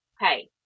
hey